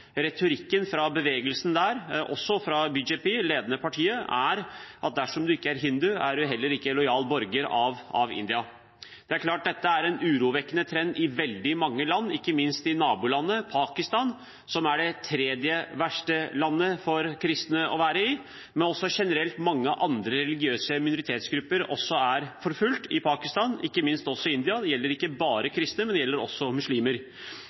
Retorikken fra bevegelsene der, også fra BJP, det ledende partiet, er at dersom en ikke er hindu, er en heller ikke lojal borger av India. Dette er en urovekkende trend i veldig mange land, ikke minst i nabolandet Pakistan, som er det tredje verste landet for kristne å være i. Men generelt er mange andre religiøse minoritetsgrupper forfulgt i Pakistan, og også i India. Det gjelder ikke bare kristne; det gjelder også muslimer.